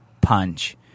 punch